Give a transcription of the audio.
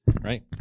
right